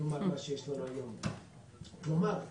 כלומר,